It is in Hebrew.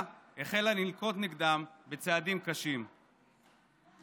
החלה לפרוס שלוחות וליצור קשרים ברחבי העולם וגם בבגדאד.